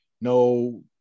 No